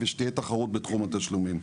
ושתהיה תחרות בתחום התשלומים.